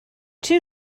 two